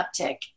uptick